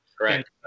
Correct